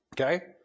Okay